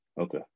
Okay